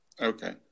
Okay